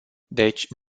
deci